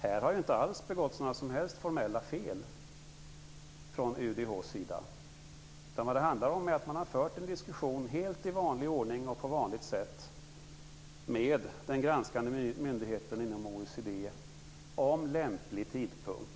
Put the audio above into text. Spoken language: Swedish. Här har inte alls begåtts några som helst formella fel från UDH:s sida. Man har fört en diskussion helt i vanlig ordning med den granskande myndigheten inom OECD om lämplig tidpunkt.